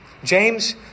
James